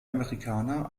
amerikaner